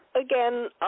again